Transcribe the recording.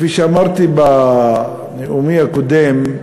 כפי שאמרתי בנאומי הקודם,